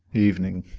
evening.